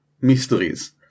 mysteries